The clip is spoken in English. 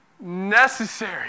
necessary